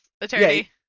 attorney